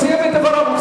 הוא סיים את דבריו.